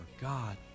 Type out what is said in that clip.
God